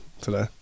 Today